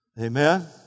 Amen